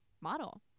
model